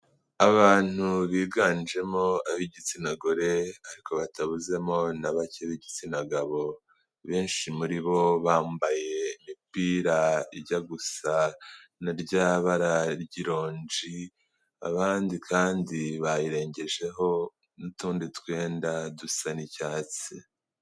Abantu biganjemo ab'igitsina gore, ariko batabuzemo na bake b'igitsina gabo, benshi muri bo, bambaye imipira ijya gusa na rya bara ry'ironji, abandi kandi bayirengejeho n'utundi twendadusa n'icyatsi.